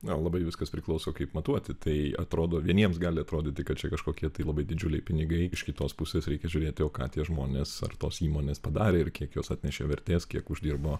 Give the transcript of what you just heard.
na labai viskas priklauso kaip matuoti tai atrodo vieniems gali atrodyti kad čia kažkokie tai labai didžiuliai pinigai iš kitos pusės reikia žiūrėti o ką tie žmonės ar tos įmonės padarė ir kiek jos atnešė vertės kiek uždirbo